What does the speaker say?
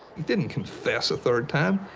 didn't confess a third time.